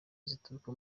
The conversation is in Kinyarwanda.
zituruka